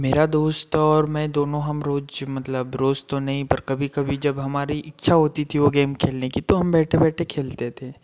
मेरा दोस्त और मैं दोनों हम रोज मतलब रोज तो नहीं पर कभी कभी जब हमारी इच्छा होती थी वो गेम खेलने की तो हम बैठे बैठे खेलते थे